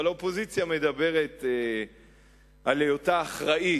אבל האופוזיציה מדברת על היותה אחראית,